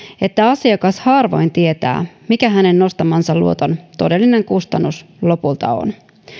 että asiakas harvoin tietää mikä hänen nostamansa luoton todellinen kustannus lopulta on